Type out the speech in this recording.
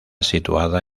situada